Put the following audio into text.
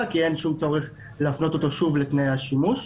כי אין שום צורך להפנות אותו שוב לתנאי השימוש.